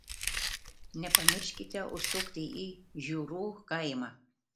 nepamirškite užsukti į žiurų kaimą